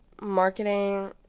marketing